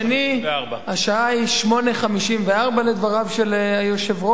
20:54. השעה היא 20:54, לדבריו של היושב-ראש.